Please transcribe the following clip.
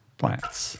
Plants